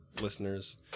listeners –